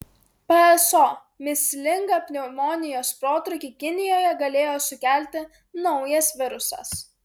pso mįslingą pneumonijos protrūkį kinijoje galėjo sukelti naujas virusas